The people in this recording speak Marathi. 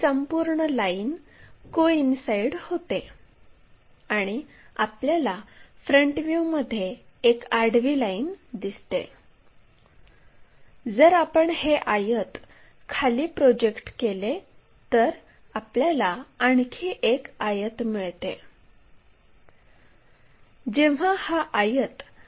अंतरावर आहे आणि c हा 50 मिमी अंतरावर आहे म्हणून हे येथे असायला हवे आणि d हा थोडा जवळ आहे म्हणून तो येथे असेल